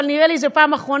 אבל נראה לי שזה פעם אחרונה,